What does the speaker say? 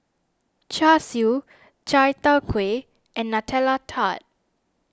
Char Siu Chai Tow Kway and Nutella Tart